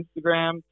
Instagram